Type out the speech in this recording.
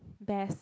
best